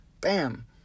Bam